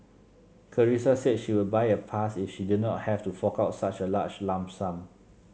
Carissa said she would buy a pass if she did not have to fork out such a large lump sum